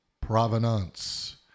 Provenance